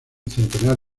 centenar